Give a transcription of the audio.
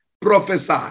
prophesy